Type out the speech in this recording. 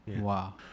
Wow